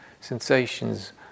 sensations